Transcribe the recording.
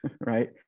right